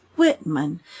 Whitman